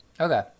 Okay